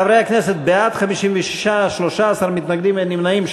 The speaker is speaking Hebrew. חברי הכנסת, בעד, 56, 13 מתנגדים, אין נמנעים.